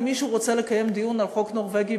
אם מישהו רוצה לקיים דיון על חוק נורבגי,